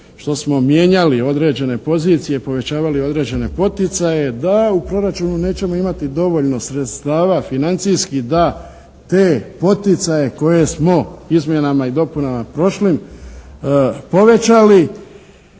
što smo mijenjali određene pozicije, povećali određene poticaje da u proračunu nećemo imati dovoljno sredstava financijski da te poticaje koje smo izmjenama i dopunama prošlim povećali.